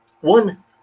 one